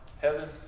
Heaven